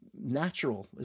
natural